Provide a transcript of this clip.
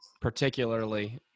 particularly